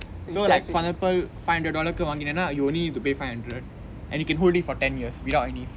so like for example five hundred dollar வாங்கினா:vaangineanaa you only need to pay five hundred and you can hold it for ten years without any fees